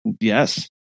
yes